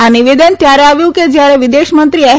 આ નિવેદન ત્યારે આવ્યું કે જ્યારે વિદેશમંત્રી એસ